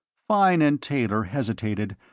fine and taylor hesitated,